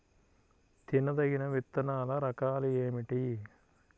తినదగిన విత్తనాల రకాలు ఏమిటి?